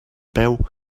peu